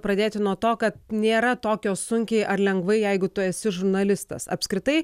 pradėti nuo to kad nėra tokio sunkiai ar lengvai jeigu tu esi žurnalistas apskritai